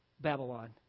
Babylon